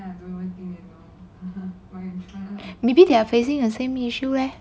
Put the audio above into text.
maybe they are facing the same issue leh